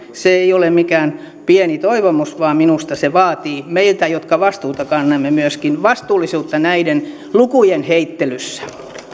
se ei ole mikään pieni toivomus vaan minusta se vaatii meiltä jotka vastuuta kannamme myöskin vastuullisuutta näiden lukujen heittelyssä